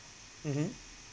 mmhmm